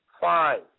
Fine